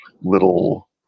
little